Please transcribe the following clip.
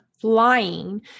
flying